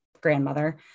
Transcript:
grandmother